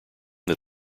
that